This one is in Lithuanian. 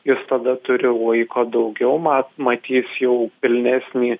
jis tada turi laiko daugiau mat matys jau pilnesnį